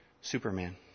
Superman